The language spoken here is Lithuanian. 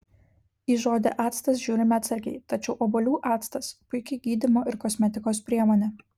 į žodį actas žiūrime atsargiai tačiau obuolių actas puiki gydymo ir kosmetikos priemonė